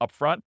upfront